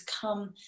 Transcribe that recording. come